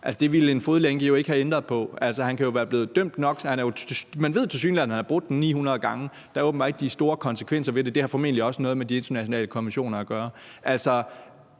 det ville en fodlænke jo ikke have ændret på. Man ved tilsyneladende, at han har brudt den 900 gange, men der er åbenbart ikke de store konsekvenser ved det. Det har formentlig også noget med de internationale konventioner at gøre. Altså,